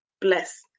bless